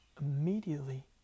immediately